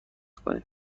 کنیم